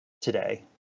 today